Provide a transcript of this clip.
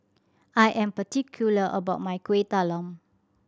I am particular about my Kuih Talam